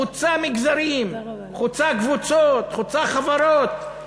חוצה מגזרים, חוצה קבוצות, חוצה חברות?